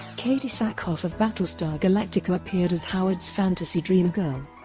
katee sackhoff of battlestar galactica appeared as howard's fantasy dream girl.